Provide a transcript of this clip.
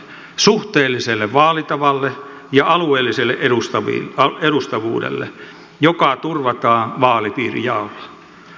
suhteelliselle vaalitavalle ja alueelliselle edustavuudelle joka turvataan vaalipiirijaolla